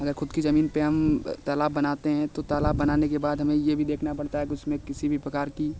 मगर खुद की ज़मीन पर हम तालाब बनाते हैं तो तालाब बनाने के बाद हमें यह भी देखना पड़ता है कि उसमें किसी भी प्रकार की